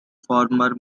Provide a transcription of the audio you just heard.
former